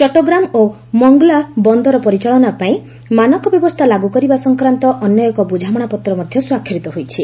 ଚଟ୍ଟଗ୍ରାମ ଓ ମୋଙ୍ଗ୍ଲା ବନ୍ଦର ପରିଚାଳନା ପାଇଁ ମାନକ ବ୍ୟବସ୍ଥା ଲାଗୁ କରିବା ସଂକ୍ରାନ୍ତ ଅନ୍ୟ ଏକ ବୁଝାମଶାପତ୍ର ମଧ୍ୟ ସ୍ୱାକ୍ଷରିତ ହୋଇଛି